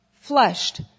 flushed